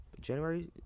January